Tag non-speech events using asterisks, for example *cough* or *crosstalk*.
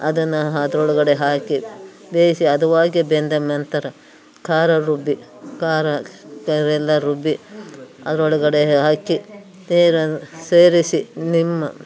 ಅದನ್ನು ಅದ್ರೊಳಗಡೆ ಹಾಕಿ ಬೇಯಿಸಿ ಹದವಾಗಿ ಬೆಂದ ನಂತರ ಖಾರ ರುಬ್ಬಿ ಖಾರ ಖಾರೆಲ್ಲ ರುಬ್ಬಿ ಅದ್ರೊಳಗಡೆ ಹಾಕಿ *unintelligible* ಸೇರಿಸಿ ನಿಮ್ಮ